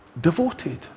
devoted